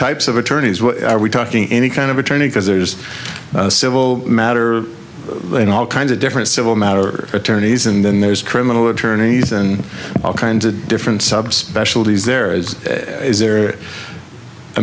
types of attorneys are we talking any kind of attorney because there's civil matter and all kinds of different civil matter attorneys and then there's criminal attorneys and all kinds of different subspecialties there is